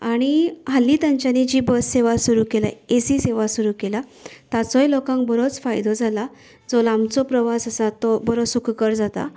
आनी हाली तांच्यांनी जी बस सेवा सुरू केल्या एसी सुरू केल्या तांचोय लोकांक बरोंच फायदो जाला जो लांबचो प्रवास आसा तो बरो सुखकर जाता